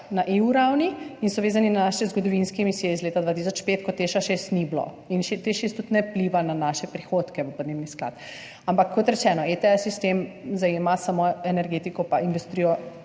na ravni EU in so vezani na naše zgodovinske emisije iz leta 2005, ko Teša 6 ni bilo in Teš 6 tudi ne vpliva na naše prihodke v podnebni sklad. Ampak, kot rečeno, sistem ETS zajema samo energetiko in industrijo,